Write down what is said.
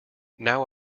now